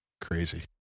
crazy